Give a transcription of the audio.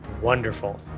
Wonderful